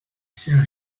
saint